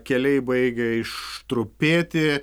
keliai baigia ištrupėti